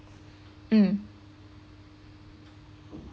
mm